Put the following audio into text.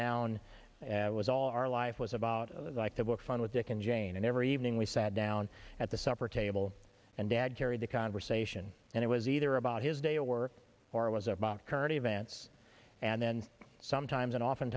down was all our life was about like the work fun with dick and jane and every evening we sat down at the supper table and dad carried the conversation and it was either about his day of work or was about current events and then sometimes and often